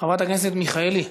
חברת הכנסת מיכאלי,